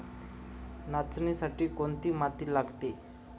नाचणीसाठी कोणती माती लागते?